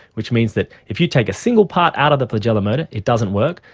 which means that if you take a single part out of the flagellar motor it doesn't work,